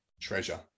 treasure